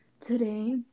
Today